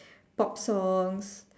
pop songs